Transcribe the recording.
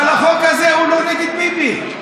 אבל החוק הזה הוא לא נגד ביבי.